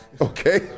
Okay